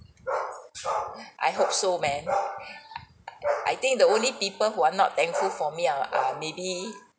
I hope so man I think the only people who are not thankful for me uh are maybe